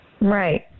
Right